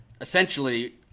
essentially